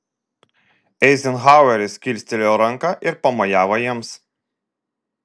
eizenhaueris kilstelėjo ranką ir pamojavo jiems